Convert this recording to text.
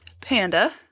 panda